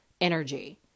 energy